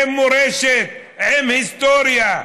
עם מורשת, עם היסטוריה,